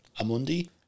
Amundi